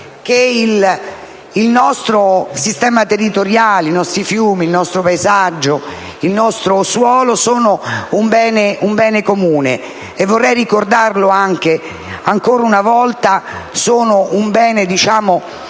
che il nostro sistema territoriale, i nostri fiumi, il nostro paesaggio e il nostro suolo sono un bene comune e - vorrei ricordarlo ancora una volta - un bene tutelato